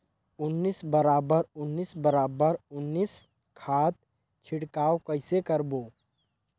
उन्नीस बराबर उन्नीस बराबर उन्नीस खाद छिड़काव कइसे करबो?